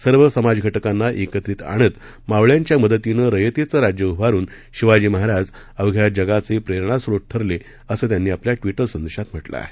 सर्व समाज घटकांना एकत्रित आणत मावळ्यांच्या मदतीनं रयतेचं राज्य उभारून शिवाजी महाराज अवघ्या जगाचे प्रेरणास्रोत ठरले असं त्यांनी आपल्या ट्विटर संदेशात म्हटलं आहे